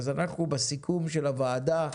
אז אנחנו בסיכום של הוועדה,